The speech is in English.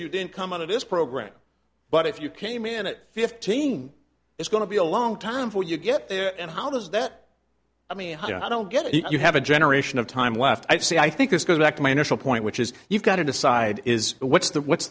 you didn't come out of this program but if you came in at fifteen it's going to be a long time for you get there and how does that i mean i don't i don't get it you have a generation of time left i say i think this goes back to my initial point which is you've got to decide is what's the what's